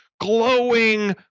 glowing